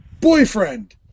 boyfriend